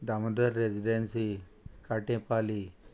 Damodar residency Katempali